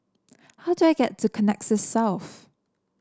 how do I get to Connexis South